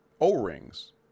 O-rings